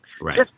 Right